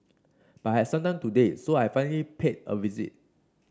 but I had some time today so I finally paid it a visit